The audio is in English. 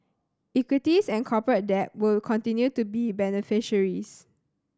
equities and corporate debt will continue to be beneficiaries